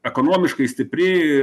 ekonomiškai stipri